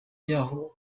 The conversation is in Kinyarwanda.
yaho